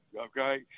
okay